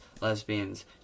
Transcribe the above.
lesbians